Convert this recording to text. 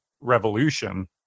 Revolution